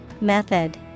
Method